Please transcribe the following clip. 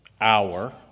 hour